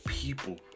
People